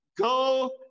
Go